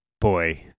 Boy